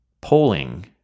polling